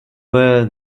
bear